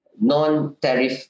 non-tariff